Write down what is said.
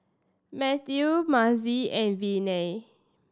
Mathew Mazie and Viney